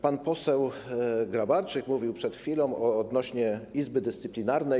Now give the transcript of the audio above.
Pan poseł Grabarczyk mówił przed chwilą o Izbie Dyscyplinarnej.